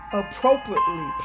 appropriately